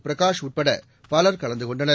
பிரகாஷ் உள்பட பலர் கலந்து கொண்டனர்